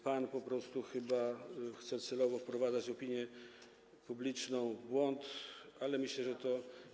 Pan po prostu chce chyba celowo wprowadzać opinię publiczną w błąd, ale myślę, że to się.